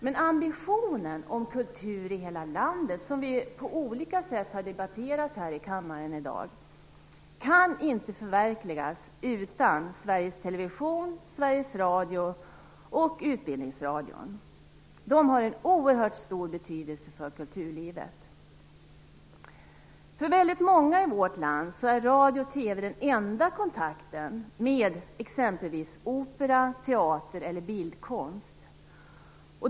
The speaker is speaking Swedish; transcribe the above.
Men ambitionen om kultur i hela landet, som vi på olika sätt har debatterat här i kammaren i dag, kan inte förverkligas utan Sveriges Television, Sveriges Radio och Utbildningsradion. De har en oerhört stor betydelse för kulturlivet. För väldigt många i vårt land är radio och TV den enda kontakten med exempelvis opera, teater eller bildkonst.